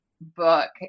book